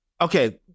okay